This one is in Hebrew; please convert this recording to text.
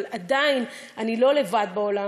אבל עדיין אני לא לבד בעולם,